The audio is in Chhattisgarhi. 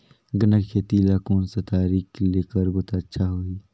गन्ना के खेती ला कोन सा तरीका ले करबो त अच्छा होही?